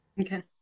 Okay